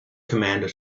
commander